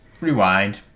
rewind